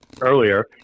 earlier